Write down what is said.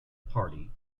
party